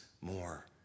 more